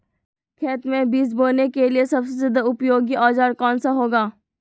खेत मै बीज बोने के लिए सबसे ज्यादा उपयोगी औजार कौन सा होगा?